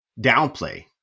downplay